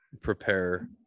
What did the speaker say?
prepare